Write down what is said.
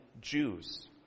Jews